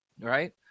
right